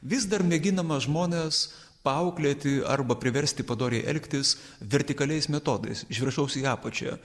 vis dar mėginama žmones paauklėti arba priversti padoriai elgtis vertikaliais metodais iš viršaus į apačią